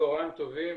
צוהריים טובים.